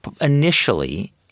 initially